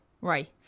Right